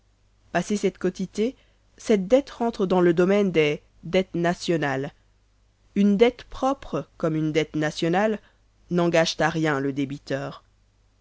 passé cette quotité cette dette rentre dans le domaine des dettes nationales une dette propre comme une dette nationale n'engagent à rien le débiteur